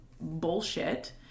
bullshit